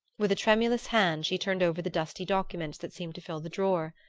with a tremulous hand she turned over the dusty documents that seemed to fill the drawer.